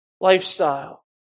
lifestyle